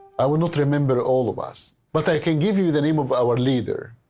i will not remember all of us. but i can give you the name of our leader.